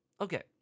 Okay